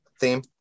theme